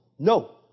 No